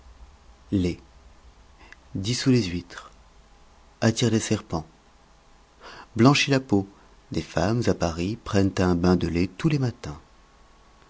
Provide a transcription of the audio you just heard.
lait dissout les huîtres attire les serpents blanchit la peau des femmes à paris prennent un bain de lait tous les matins